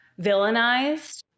villainized